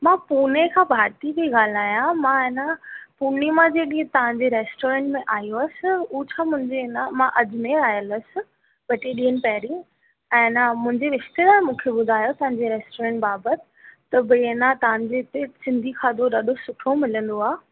मां पुणे खां भारती पेई ॻाल्हायां मां आहे हा न पूर्णिमा जे ॾींहुं तव्हांजे रेस्टोरंट में आई हुअसि उहो छा मुंहिंजे न अजमेर आयल हुअसि ॿ टे ॾींहुं पहिरीं ऐं न मुंहिंजे रिश्तेदार मूंखे ॿुधायो तव्हांजे रेस्टोरंट बाबत त भई हा न तव्हांजे हिते सिंधी खाधो ॾाढो सुठो मिलंदो आहे